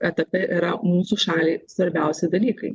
etape yra mūsų šaliai svarbiausi dalykai